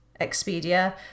Expedia